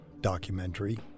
documentary